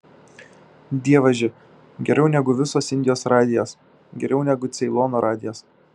dievaži geriau negu visos indijos radijas geriau negu ceilono radijas